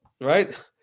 right